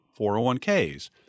401ks